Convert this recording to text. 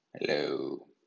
Hello